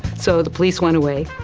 so the police went away.